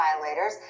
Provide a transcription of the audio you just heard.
violators